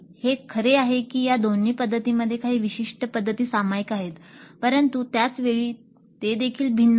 हे खरे आहे की या दोन्ही पध्दतींमध्ये काही विशिष्ट पद्धती सामायिक आहेत परंतु त्याच वेळी ते देखील भिन्न आहेत